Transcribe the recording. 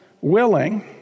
willing